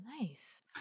nice